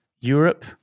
Europe